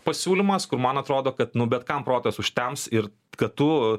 pasiūlymas kur man atrodo kad nu bet kam protas užtems ir kad tu